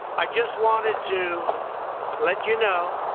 i just wanted to let you know